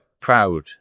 proud